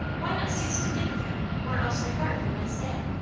why not cease to think of him, or else regard him as dead?